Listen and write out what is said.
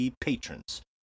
patrons